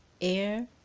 Air